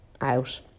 out